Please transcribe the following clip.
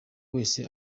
wese